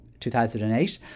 2008